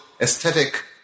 aesthetic